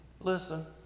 listen